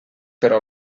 però